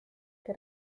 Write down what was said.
que